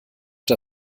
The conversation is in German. der